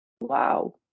Wow